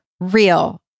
real